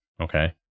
okay